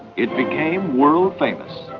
it became world famous.